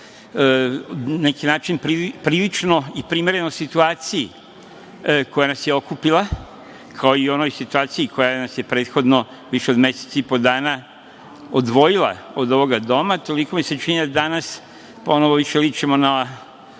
neki način prilično i primereno situaciji koja nas je okupila, kao i onoj situaciji koja nas je prethodno više do meseci i po dana odvojila od ovoga doma, toliko mi se čini da danas ponovo više ličimo na